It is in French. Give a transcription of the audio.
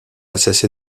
cessé